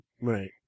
Right